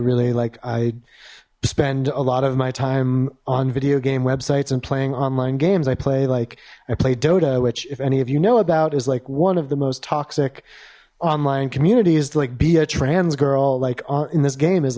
really like i spend a lot of my time on video game websites and playing online games i play like i play dota which if any of you know about is like one of the most toxic online communities like be a trans girl like in this game is